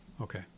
Okay